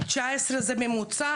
19 זה ממוצע.